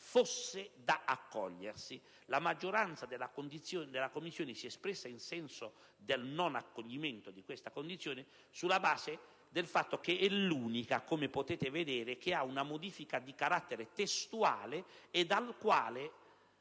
fosse da accogliersi. La maggioranza della Commissione si è espressa nel senso del non accoglimento di questa condizione, sulla base del fatto che è l'unica, come potete vedere, che contiene una modifica di carattere testuale, modifica